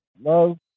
love